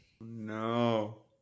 No